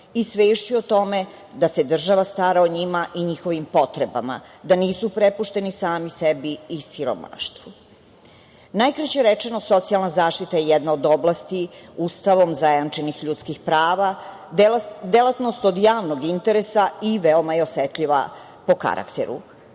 i svešću o tome da se država stara o njima i njihovim potrebama, da nisu prepušteni sami sebi i siromaštvu. Najkraće rečeno, socijalna zaštita je jedna od oblasti Ustavom zajamčenih ljudskih prava, delatnost od javnog interesa i veoma je osetljiva po karakteru. Zakon